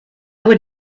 would